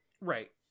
Right